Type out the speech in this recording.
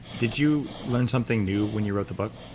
did you learn something new when you wrote the book?